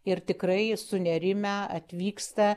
ir tikrai sunerimę atvyksta